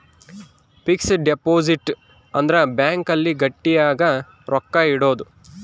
fix deposit ಅಂದ್ರ bank ಅಲ್ಲಿ ಗಟ್ಟಿಗ ರೊಕ್ಕ ಇಡೋದು